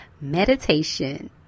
meditation